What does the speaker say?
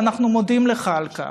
ואנחנו מודים לך על כך.